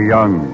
Young